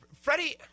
Freddie